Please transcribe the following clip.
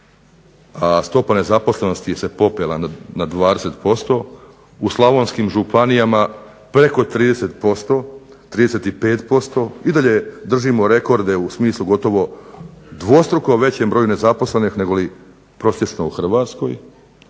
je stopa nezaposlenosti se popela na 20%, u Slavonskim županijama preko 30%, preko 35%, i dalje držimo rekorde u smislu dvostruko većem broju nezaposlenih negoli prosječno u Hrvatskoj.